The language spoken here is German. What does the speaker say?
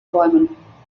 bäumen